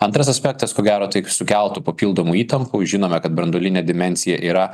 antras aspektas ko gero tik sukeltų papildomų įtampų žinome kad branduolinė dimensija yra